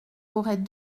aurait